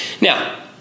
Now